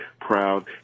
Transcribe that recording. proud